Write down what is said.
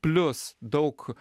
plius daug